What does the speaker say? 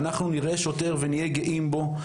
שאנחנו נראה שוטר ונהיה גאים בו.